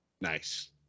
Nice